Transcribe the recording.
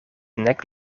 nek